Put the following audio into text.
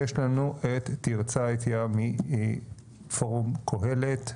ויש לנו את תרצה אטיה מפורום קהלת.